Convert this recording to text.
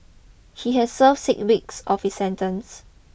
he has served six weeks of his sentence